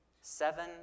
Seven